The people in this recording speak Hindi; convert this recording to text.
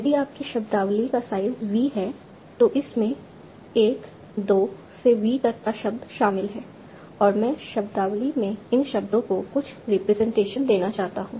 यदि आपकी शब्दावली का साइज़ V है तो इसमें 1 2 से V तक का शब्द शामिल है और मैं शब्दावली में इन शब्दों को कुछ रिप्रेजेंटेशन देना चाहता हूं